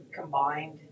combined